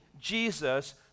Jesus